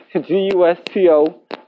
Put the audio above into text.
G-U-S-T-O